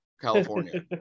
California